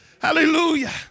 hallelujah